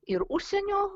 ir užsienio